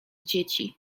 dzieci